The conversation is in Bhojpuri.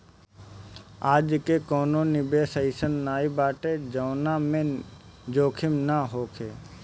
आजके कवनो निवेश अइसन नाइ बाटे जवना में जोखिम ना होखे